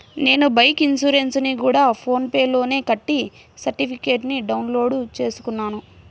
నేను బైకు ఇన్సురెన్సుని గూడా ఫోన్ పే లోనే కట్టి సర్టిఫికేట్టుని డౌన్ లోడు చేసుకున్నాను